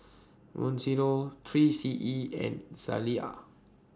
Mizuno three C E and Zalia